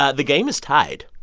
ah the game is tied.